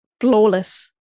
flawless